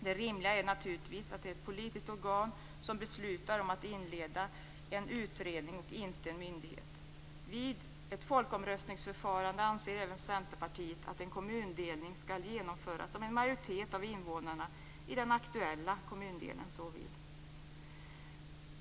Det rimliga är naturligtvis att det är ett politiskt organ som beslutar om att inleda en utredning, inte en myndighet. Vid ett folkomröstningsförfarande anser även Centerpartiet att en kommundelning skall genomföras om en majoritet av invånarna i den aktuella kommundelen så vill.